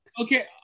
Okay